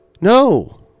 No